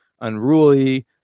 unruly